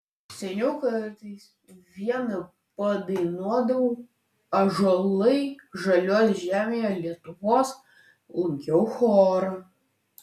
seniau kartais viena padainuodavau ąžuolai žaliuos žemėje lietuvos lankiau chorą